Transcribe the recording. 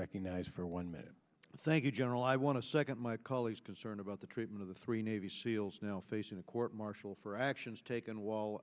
recognized for one minute thank you general i want to second my colleagues concerned about the treatment of the three navy seals now facing a court martial for actions taken while